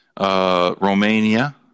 Romania